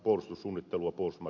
puhemies